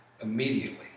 immediately